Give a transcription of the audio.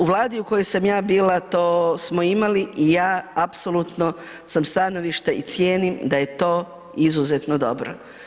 U vladi u kojoj sam ja bila, to smo imali i ja apsolutno sam stanovništva i cijenim da je to izuzetno dobro.